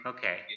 Okay